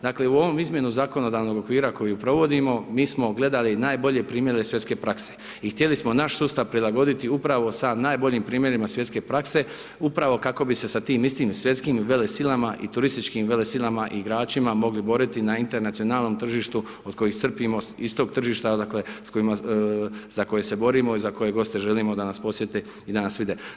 Dakle, u ovom izmjenu zakonodavnog okvira koju provodimo mi smo gledali najbolje primjere svjetske prakse i htjeli smo naš sustav prilagoditi upravo sa najboljim primjerima svjetske prakse, upravo kako bi se sa tim istim svjetskim velesilama i turističkim velesilama i igračima mogli boriti na internacionalnom tržištu od kojih crpimo iz tog tržišta odakle s kojima, za koje se borimo i za koje goste želimo da nas posjete i da nas vide.